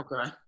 Okay